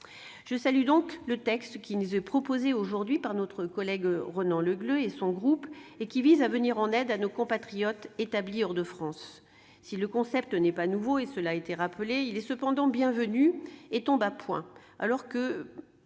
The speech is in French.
Je salue donc le texte qui nous est soumis aujourd'hui par notre collègue Ronan Le Gleut et son groupe et qui vise à venir en aide à nos compatriotes établis hors de France. Si le concept n'est pas nouveau, cela a été rappelé, il est cependant bienvenu et tombe à point.